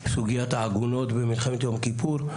סוגיית העגונות במלחמת יום כיפור,